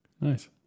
Nice